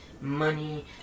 money